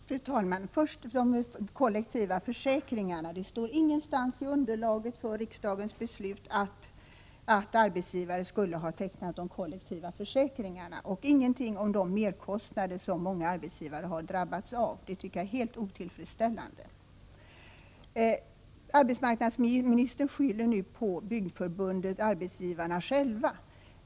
Fru talman! Först de kollektiva försäkringarna. Det står ingenstans i underlaget för riksdagens beslut att arbetsgivare skulle ha tecknat de kollektiva försäkringarna och ingenting om de merkostnader som många arbetsgivare har drabbats av. Detta är helt otillfredsställande. Arbetsmarknadsministern skyller nu på byggförbundet, på arbetsgivarna själva.